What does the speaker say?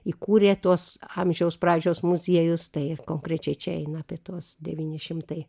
įkūrė tuos amžiaus pradžios muziejus tai ir konkrečiai čia eina apie tuos devyni šimtai